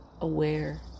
aware